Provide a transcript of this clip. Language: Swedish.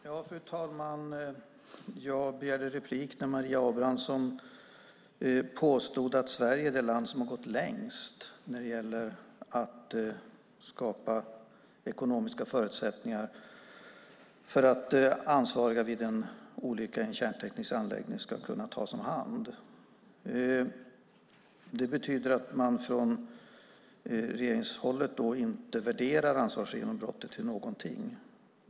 Fru talman! Jag begärde replik när Maria Abrahamsson påstod att Sverige är det land som har gått längst när det gäller att skapa ekonomiska förutsättningar för att ansvariga vid en olycka i en kärnteknisk anläggning ska kunna ta det ansvaret. Det betyder att man från regeringshåll inte värderar ansvarsgenombrottet till någonting.